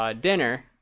dinner